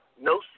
no